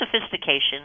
sophistication